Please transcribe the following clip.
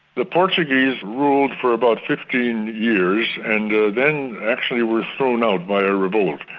the portuguese ruled for about fifteen years and then actually were thrown out by a revolt.